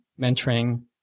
mentoring